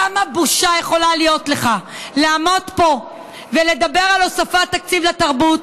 כמה בושה יכולה להיות לך לעמוד פה ולדבר על הוספת תקציב לתרבות,